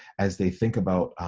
as they think about,